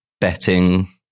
betting